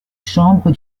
chambre